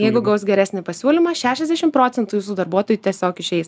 jeigu gaus geresnį pasiūlymą šešiasdešim procentų jūsų darbuotojų tiesiog išeis